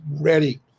ready